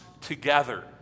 together